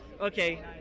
okay